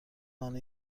منو